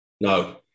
No